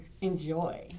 enjoy